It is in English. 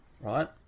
right